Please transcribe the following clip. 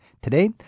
Today